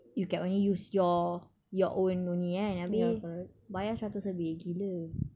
you can only use your your own only kan abeh bayar seratus lebih gila